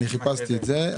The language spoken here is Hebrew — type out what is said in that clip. אני חיפשתי את זה.